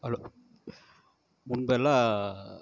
hello முன்பெல்லாம்